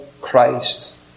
Christ